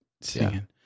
singing